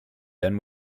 then